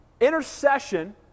intercession